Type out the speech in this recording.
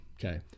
Okay